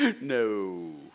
No